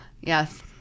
Yes